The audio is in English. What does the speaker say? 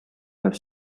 have